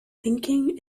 thinking